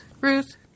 Ruth